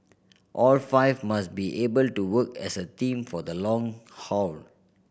all five must be able to work as a team for the long haul